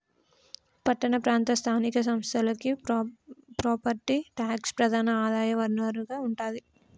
పట్టణ ప్రాంత స్థానిక సంస్థలకి ప్రాపర్టీ ట్యాక్సే ప్రధాన ఆదాయ వనరుగా ఉంటాది